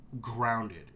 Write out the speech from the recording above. grounded